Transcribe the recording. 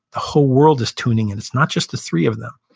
the whole world is tuning in. it's not just the three of them.